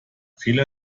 fehler